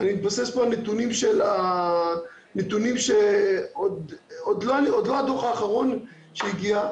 אני מתבסס פה על נתונים שהם עוד לא מהדו"ח האחרון שהגיע,